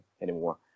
anymore